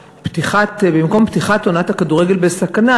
במקום "פתיחת עונת הכדורגל בסכנה",